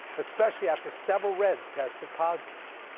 especially after several reds tested positive.